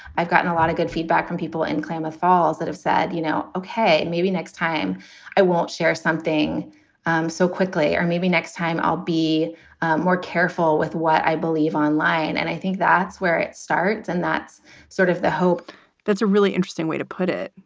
i've gotten a lot of good feedback from people in klamath falls that have said, you know, ok, maybe next time i won't share something so quickly or maybe next time i'll be more careful with what i believe online. and i think that's where it starts. and that's sort of the hope that's a really interesting way to put it,